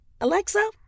Alexa